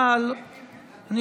זה רק כדי להביא כמה פליטים במקומך.